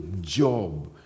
job